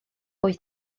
wyt